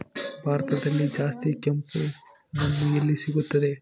ಭಾರತದಲ್ಲಿ ಜಾಸ್ತಿ ಕೆಂಪು ಮಣ್ಣು ಎಲ್ಲಿ ಸಿಗುತ್ತದೆ?